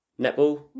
netball